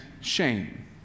shame